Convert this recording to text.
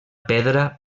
pedra